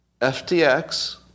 FTX